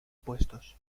puestos